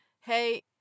hey